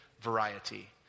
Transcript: variety